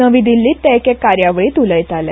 नवी दिल्लीन ते एका कार्यावळीन उलयताले